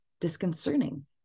disconcerting